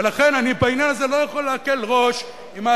ולכן אני בעניין הזה לא יכול להקל ראש עם מה